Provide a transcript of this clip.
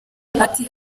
ati